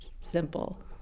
simple